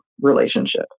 relationship